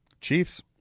Chiefs